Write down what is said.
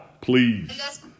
please